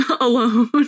alone